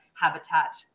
habitat